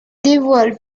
dévoile